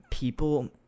People